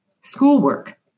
schoolwork